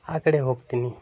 আরকে হক তিনি তিনি